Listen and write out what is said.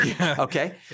okay